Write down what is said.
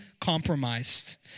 compromised